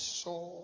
saw